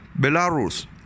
Belarus